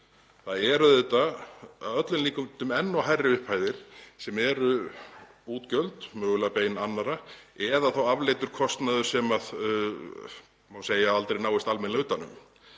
Það eru að öllum líkindum enn hærri upphæðir sem eru útgjöld, mögulega bein annarra eða afleiddur kostnaður sem má segja að aldrei náist almennilega utan um.